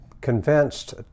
convinced